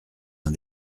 uns